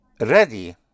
ready